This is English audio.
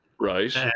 Right